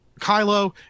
kylo